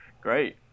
great